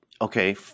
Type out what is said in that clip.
okay